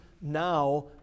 now